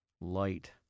light